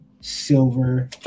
silver